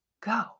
Go